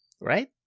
Right